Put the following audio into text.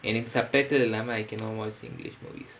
எனக்கு:enakku subtitle இல்லாம:illaaama I cannot watch english